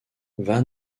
van